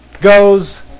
goes